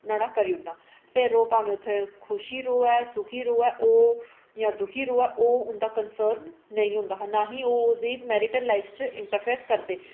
नुहाड़ा करी ओड़ना फेर ओह् बी भामें उत्थें खुशी रवै सुखी रवै जां दुखी रवै ओह् उंदा कंसर्न नेईं होंदा हा ना ही ओह् ओह्दी मेरिटल लाइफ च इंटरफेयर करदे